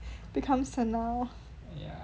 become senile